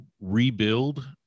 rebuild